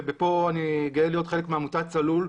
ופה אני גאה להיות חלק מעמותת "צלול",